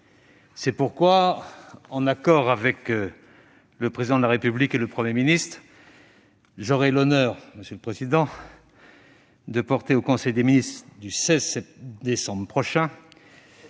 C'est pourquoi, en accord avec le Président de la République et le Premier ministre, j'aurai l'honneur de présenter en conseil des ministres, le 16 décembre, ... Prochain